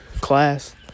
class